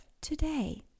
today